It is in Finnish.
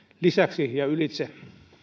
lisäksi ja ylitse